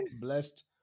Blessed